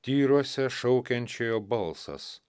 tyruose šaukiančiojo balsas